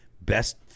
Best